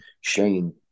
Shane